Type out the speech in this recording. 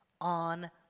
on